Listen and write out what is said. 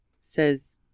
says